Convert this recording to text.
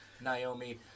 Naomi